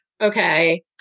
okay